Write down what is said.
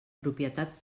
propietat